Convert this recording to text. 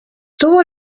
tuvo